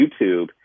YouTube